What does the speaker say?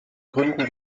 gründen